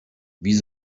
wie